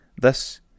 Thus